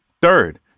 Third